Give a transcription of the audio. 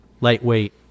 lightweight